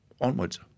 onwards